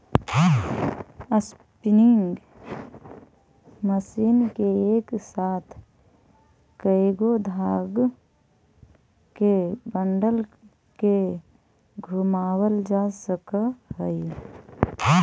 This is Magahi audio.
स्पीनिंग मशीन में एक साथ कएगो धाग के बंडल के घुमावाल जा सकऽ हई